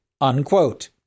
unquote